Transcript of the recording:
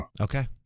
Okay